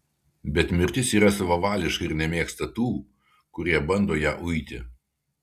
bet mirtis yra savavališka ir nemėgsta tų kurie bando ją uiti